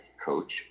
Coach